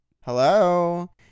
Hello